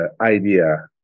idea